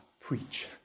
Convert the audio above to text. preach